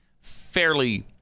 fairly